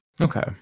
Okay